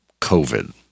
covid